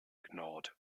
ignored